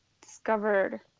discovered